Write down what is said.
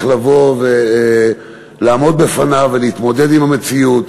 שצריך לבוא ולעמוד בפניו ולהתמודד עם המציאות,